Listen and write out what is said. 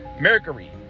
Mercury